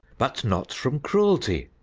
but not from cruelty.